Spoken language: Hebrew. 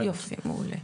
יופי, מעולה.